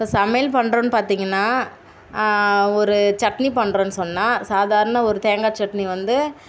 இப்போ சமையல் பண்ணுறோம்னு பார்த்தீங்கன்னா ஒரு சட்னி பண்ணுறோன்னு சொன்னால் சாதாரண ஒரு தேங்காய் சட்னி வந்து